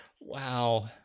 wow